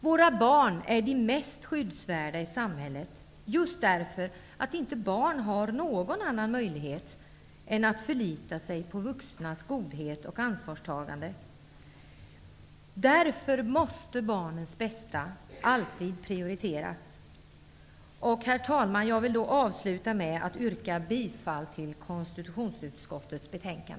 Våra barn är de mest skyddsvärda i samhället, just däför att barn inte har någon annan möjlighet än att förlita sig på vuxnas godhet och ansvarstagande. Därför måste barns bästa alltid prioriteras. Herr talman! Jag avslutar med att yrka bifall till konstitutionsutskottets hemställan.